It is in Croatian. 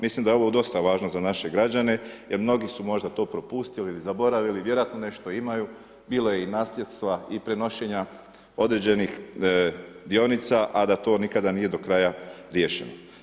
Mislim da je ovo dosta važno za naše građane jer mnogi su možda to propustili ili zaboravili, vjerojatno nešto imaju, bilo je i nasljedstva i prenošenja određenih dionica a da to nikada nije do kraja riješeno.